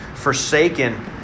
Forsaken